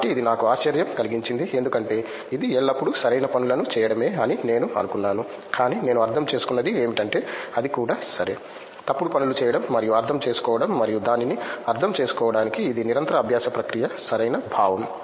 కాబట్టి ఇది నాకు ఆశ్చర్యం కలిగించింది ఎందుకంటే ఇది ఎల్లప్పుడూ సరైన పనులను చేయడమే అని నేను అనుకున్నాను కానీ నేను అర్థం చేసుకున్నది ఏమిటంటే అది కూడా సరే తప్పుడు పనులు చేయడం మరియు అర్థం చేసుకోవడం మరియు దానిని అర్థం చేసుకోవడానికి ఇది నిరంతర అభ్యాస ప్రక్రియ సరైన భావం